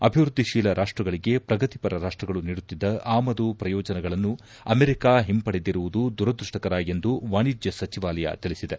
ಅಭಿವೃದ್ಧಿಶೀಲ ರಾಷ್ಟಗಳಿಗೆ ಪ್ರಗತಿಪರ ರಾಷ್ಟಗಳು ನೀಡುತ್ತಿದ್ದ ಆಮದು ಪ್ರಯೋಜನಗಳನ್ನು ಅಮೆರಿಕ ಒಂಪಡೆದಿರುವುದು ದುರದೃಷ್ಟಕರ ಎಂದು ವಾಣಿಜ್ಯ ಸಚಿವಾಲಯ ತಿಳಿಸಿದೆ